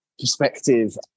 Perspective